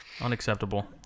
Unacceptable